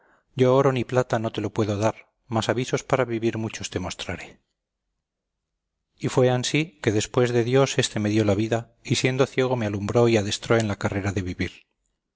yo oro ni plata no te lo puedo dar mas avisos para vivir muchos te mostraré y fue ansí que después de dios éste me dio la vida y siendo ciego me alumbró y adestró en la carrera de vivir